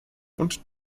und